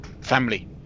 family